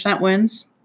wins